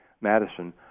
Madison